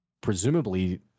presumably